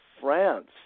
France